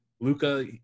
Luca